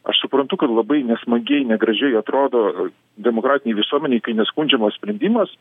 aš suprantu kad labai nesmagiai negražiai atrodo demokratinei visuomenei kai neskundžiamas sprendimas